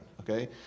okay